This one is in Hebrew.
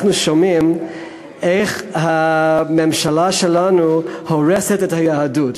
שומעים איך הממשלה שלנו הורסת את היהדות,